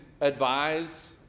advise